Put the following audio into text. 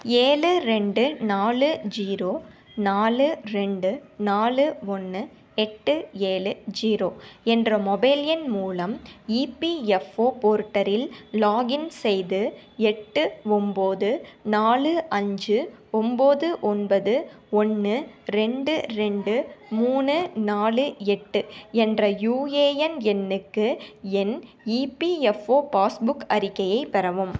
ஏழு ரெண்டு நாலு ஜீரோ நாலு ரெண்டு நாலு ஒன்று எட்டு ஏழு ஜீரோ என்ற மொபைல் எண் மூலம் இபிஎஃப்ஓ போர்ட்டலில் லாகின் செய்து எட்டு ஒம்போது நாலு அஞ்சு ஒம்போது ஒன்பது ஒன்று ரெண்டு ரெண்டு மூணு நாலு எட்டு என்ற யூஏஎன் எண்ணுக்கு என் இபிஎஃப்ஓ பாஸ்புக் அறிக்கையை பெறவும்